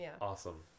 awesome